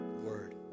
word